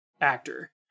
actor